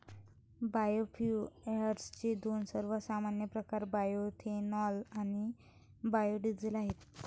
बायोफ्युएल्सचे दोन सर्वात सामान्य प्रकार बायोएथेनॉल आणि बायो डीझेल आहेत